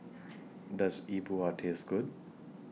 Does E Bua Taste Good